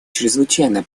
чрезвычайно